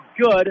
good